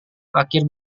akhir